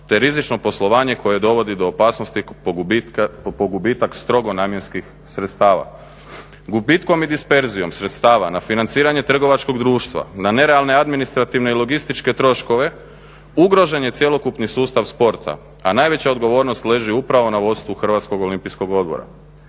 te rizično poslovanje koje dovodi do opasnosti po gubitak strogo namjenskih sredstava. Gubitkom i disperzijom sredstva na financiranje trgovačkog društva, na nerealne administrativne i logističke troškove ugrožen je cjelokupni sustav sporta, a najveća odgovornost leži upravo na vodstvu Hrvatskog olimpijskog odbora.